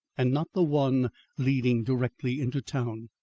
and not the one leading directly into town.